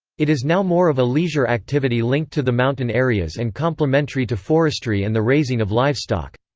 it is now more of a leisure activity linked to the mountain areas and complementary to forestry and the raising of livestock.